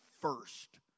first